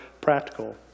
practical